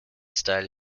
style